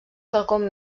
quelcom